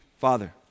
father